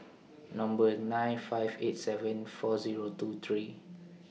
Number nine five eight seven four Zero two three